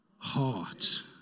Heart